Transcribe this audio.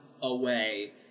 away